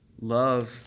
love